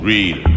Read